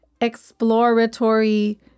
exploratory